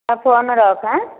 ହଁ ଫୋନ୍ ରଖ ହାଁ